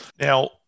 Now